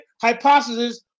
hypothesis